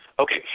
Okay